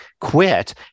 quit